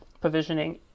provisioning